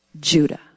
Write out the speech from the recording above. Judah